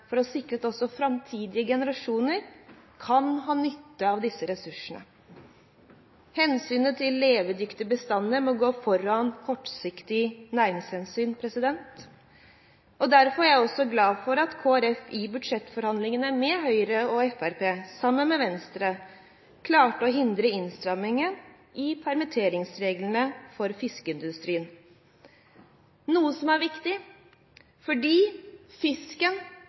for å sikre at også framtidige generasjoner kan ha nytte av disse ressursene. Hensynet til levedyktige bestander må gå foran kortsiktige næringshensyn. Derfor er jeg også glad for at Kristelig Folkeparti i budsjettforhandlingene med Høyre og Fremskrittspartiet sammen med Venstre klarte å hindre innstramming i permitteringsreglene for fiskeindustrien, noe som er viktig fordi fisken